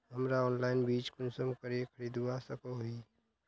हमरा ऑनलाइन बीज कुंसम करे खरीदवा सको ही?